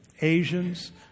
Asians